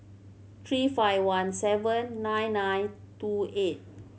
three five one seven nine nine two eight